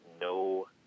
no